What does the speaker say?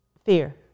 Fear